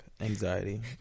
Anxiety